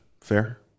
Fair